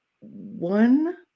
one